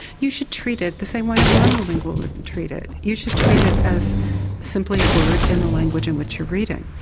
you should treat it the same way a monolingual would and treat it. you should treat it as simply a word in the language in which you're reading.